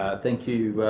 thank you,